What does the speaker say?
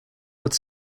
would